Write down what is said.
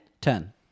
Ten